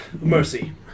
Mercy